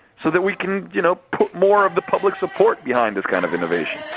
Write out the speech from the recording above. so that we can you know put more of the public support behind this kind of innovation.